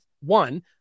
one